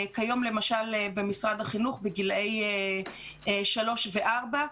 כיום למשל במשרד החינוך בגילי שלוש וארבע,